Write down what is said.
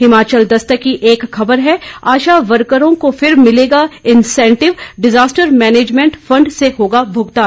हिमाचल दस्तक की एक खबर है आशा वर्करों को फिर मिलेगा इंसेंटिव डिजास्टर मैनेजमेंट फंड से होगा भुगतान